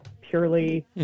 purely